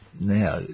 now